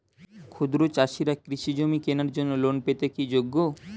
ক্ষুদ্র চাষিরা কৃষিজমি কেনার জন্য লোন পেতে কি যোগ্য?